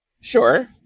Sure